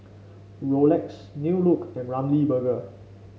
Rolex New Look and Ramly Burger